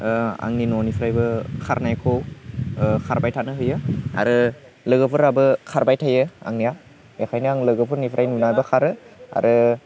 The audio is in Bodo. आंनि न'निफ्रायबो खारनायखौ खारबाय थानो होयो आरो लोगोफोराबो खारबाय थायो आंनिया बेनिखायनो आं लोगोफोरनिफ्राय नुनाबो खारो आरो